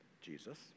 Jesus